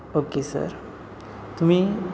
okay sir तुम्ही